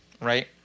right